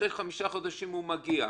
ואחרי חמישה חודשים הוא מגיע,